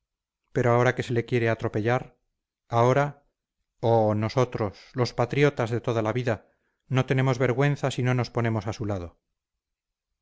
pero ahora que se le quiere atropellar ahora oh nosotros los patriotas de toda la vida no tenemos vergüenza si no nos ponemos a su lado